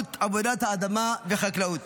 באמצעות עבודת האדמה והחקלאות.